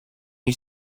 you